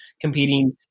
competing